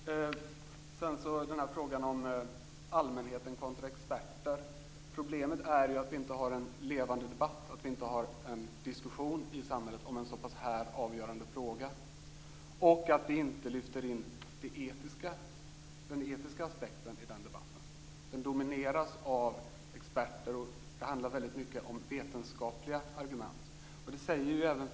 Frågan om allmänheten kontra experter: Problemet är att vi inte har en levande debatt, att vi inte har en diskussion i samhället om en så pass omfattande fråga och att vi inte lyfter in den etiska aspekten i den debatten. Den domineras av experter. Det handlar väldigt mycket om vetenskapliga argument.